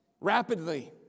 rapidly